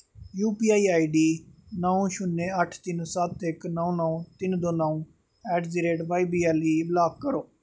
UPI ID नौ शुन्य अट्ठ तिन सत्त इक नौ नौ तिन दो नौ ऐट दी रेट वाईबीएल गी ब्लाक करो